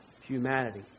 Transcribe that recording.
humanity